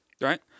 Right